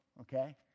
okay